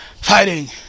fighting